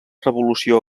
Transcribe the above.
revolució